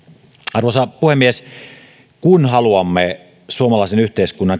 arvoisa puhemies kun haluamme suomalaisen yhteiskunnan